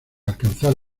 alcanzar